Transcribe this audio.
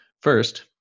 First